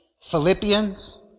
Philippians